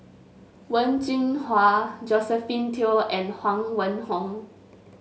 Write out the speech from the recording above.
Wen Jinhua Josephine Teo and Huang Wenhong